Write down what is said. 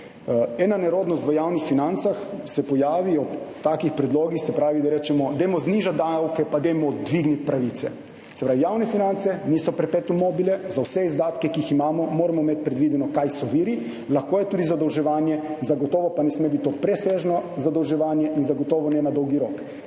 Ena nerodnost se pojavi v javnih financah ob takih predlogih, se pravi, rečemo, dajmo znižati davke in dajmo dvigniti pravice. Se pravi, javne finance niso perpetuum mobile. Za vse izdatke, ki jih imamo, moramo imeti predvideno, kaj so viri, lahko je tudi zadolževanje. Zagotovo pa ne sme biti to presežno zadolževanje in zagotovo ne na dolgi rok,